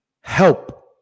help